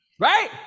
right